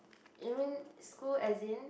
you mean school as in